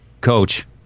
Coach